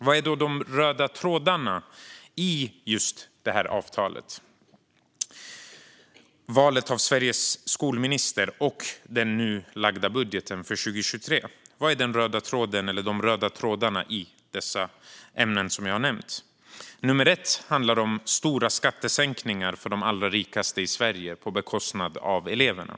Vad är den röda tråden - eller de röda trådarna - när det gäller valet av Sveriges skolminister och den nu lagda budgeten för 2023? För det första handlar det om stora skattesänkningar för de allra rikaste i Sverige på bekostnad av eleverna.